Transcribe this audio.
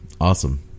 Awesome